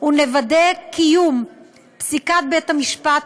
ונוודא את קיום פסיקת בית המשפט,